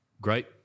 great